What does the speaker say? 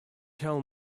tell